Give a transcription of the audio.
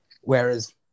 whereas